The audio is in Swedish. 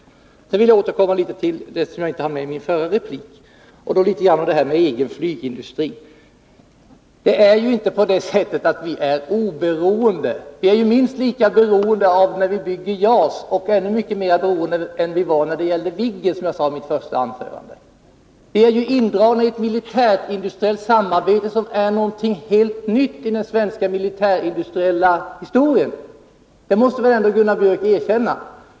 Sedan vill jag återkomma till det som jag inte hann med att säga i min förra replik om en egen, inhemsk flygindustri. Det är inte på det sättet att vi är oberoende. Som jag sade i mitt förra inlägg är vi när vi bygger JAS ännu mer beroende av andra länder än när vi byggde Viggen. Vi är indragna i ett militärindustriellt samarbete som är något helt nytt i den svenska militärindustriella historien. Det måste väl ändå Gunnar Björk erkänna.